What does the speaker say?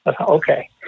Okay